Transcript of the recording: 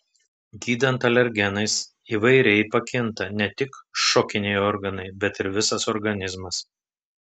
gydant alergenais įvairiai pakinta ne tik šokiniai organai bet ir visas organizmas